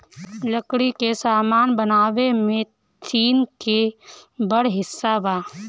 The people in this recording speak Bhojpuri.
लकड़ी के सामान बनावे में चीन के बड़ हिस्सा बा